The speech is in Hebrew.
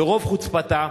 ברוב חוצפתה,